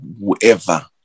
whoever